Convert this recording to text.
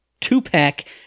two-pack